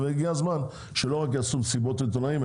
הגיע הזמן שלא רק יכנסו מסיבות עיתונאים.